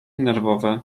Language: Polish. nerwowe